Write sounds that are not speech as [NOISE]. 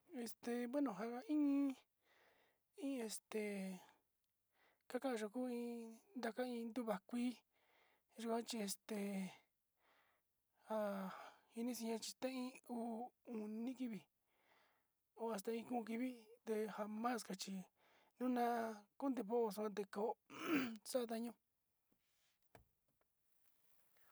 Este bueno njanga iñí, iin este kakayuku iin ndkain yukua kuii, yuan chí este ha ini china'a xhiteín uu oniti ví ho asta iin kon kiví nde jamás ka chí nuna kande voxo'o ndé, kó [NOISE] xa'a daño. [NOISE]